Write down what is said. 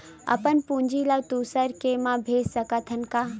अपन पूंजी ला दुसर के मा भेज सकत हन का?